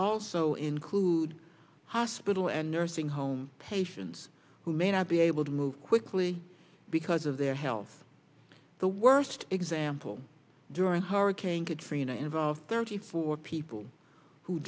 also include hospital and nursing home patients who may not be able to move quickly because of their health the worst example during hurricane katrina involved thirty four people who